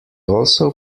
also